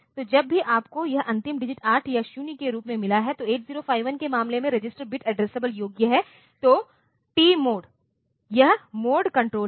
तो जब भी आपको यह अंतिम डिजिट 8 या 0 के रूप में मिला है तो 8051 के मामले में रजिस्टर बिट एड्रेसेब्ल योग्य है तो TMOD यह मोड कंट्रोल है